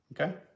Okay